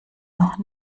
noch